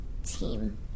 team